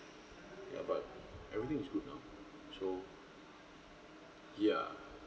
ya but everything is good now so yeah